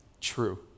true